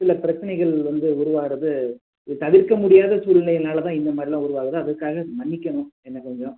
சில பிரச்சனைகள் வந்து உருவாகுகிறது இதை தவிர்க்க முடியாத சூழ்நிலையினால் தான் இந்த மாதிரிலாம் உருவாகுது அதுக்காக மன்னிக்கணும் என்னை கொஞ்சம்